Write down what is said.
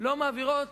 לא מעבירות